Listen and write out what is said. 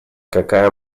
какая